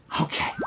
Okay